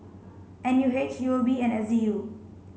N U H U O B and S Z U